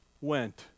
went